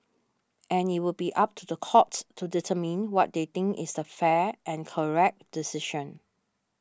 and it would be up to the courts to determine what they think is the fair and correct decision